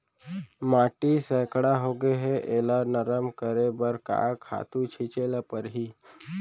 माटी सैकड़ा होगे है एला नरम करे बर का खातू छिंचे ल परहि?